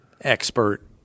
expert